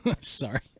Sorry